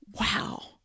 wow